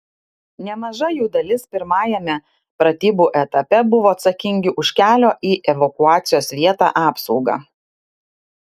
nemaža jų dalis pirmajame pratybų etape buvo atsakingi už kelio į evakuacijos vietą apsaugą